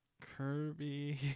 Kirby